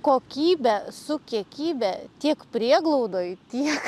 kokybė su kiekybe tiek prieglaudoj tiek